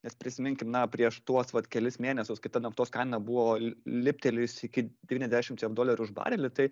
nes prisiminkim na prieš tuos vat kelis mėnesius kai ta naftos kaina buvo leptelėjusi iki devyniasdešimt jav dolerių už barelį tai